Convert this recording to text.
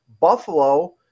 Buffalo